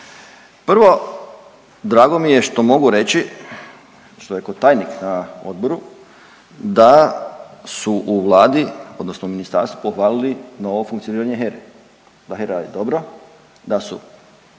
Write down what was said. Prvo, drago mi je što mogu reći što je ko tajnik na odboru da su u vladi odnosno ministarstvu pohvalili novo funkcioniranje HERA-e, da HERA je dobro, da su